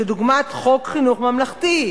כדוגמת חוק חינוך ממלכתי,